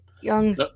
Young